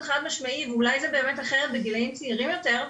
חד משמעי ואולי זה באמת אחרת בגילאים צעירים יותר,